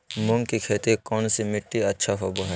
मूंग की खेती कौन सी मिट्टी अच्छा होबो हाय?